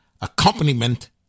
accompaniment